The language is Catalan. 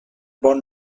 bon